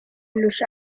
los